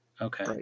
Okay